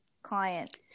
client